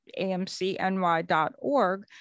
amcny.org